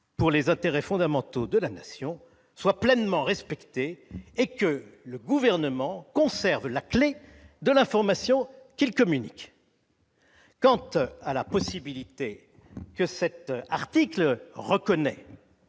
pour les intérêts fondamentaux de la Nation soit pleinement respectée, le Gouvernement conservant la clé de l'information qu'il communique. Quant à la possibilité, reconnue